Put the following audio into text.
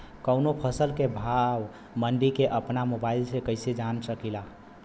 कवनो फसल के भाव मंडी के अपना मोबाइल से कइसे जान सकीला?